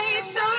So-